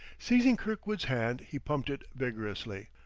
seizing kirkwood's hand, he pumped it vigorously.